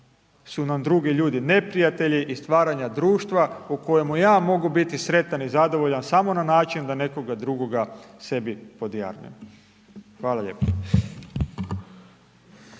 su nam drugi ljudi neprijatelji i stvaranja društva u kojemu ja mogu biti sretan i zadovoljan samo na način da nekoga drugoga sebi …/nerazumljivo/… Hvala lijepo.